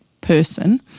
person